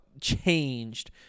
changed